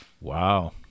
Wow